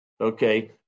Okay